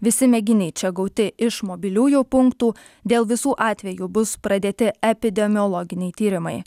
visi mėginiai čia gauti iš mobiliųjų punktų dėl visų atvejų bus pradėti epidemiologiniai tyrimai